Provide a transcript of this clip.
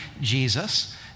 Jesus